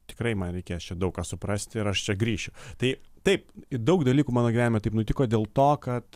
tikrai man reikės čia daug ką suprasti ir aš čia grįšiu tai taip daug dalykų mano gyvenime taip nutiko dėl to kad